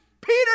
Peter